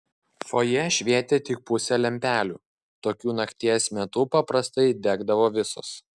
fojė švietė tik pusė lempelių tokiu nakties metu paprastai degdavo visos